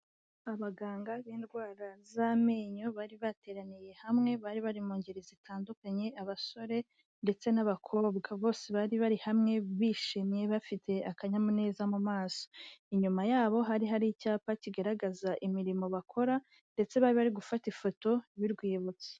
Abaganga b'indwara z'amenyo bari bateraniye hamwe, bari bari mu ngeri zitandukanye, abasore ndetse n'abakobwa. Bose bari bari hamwe bishimye bafite akanyamuneza mu maso. Inyuma yabo hari hari icyapa kigaragaza imirimo bakora, ndetse bari bari gufata ifoto y'urwibutso.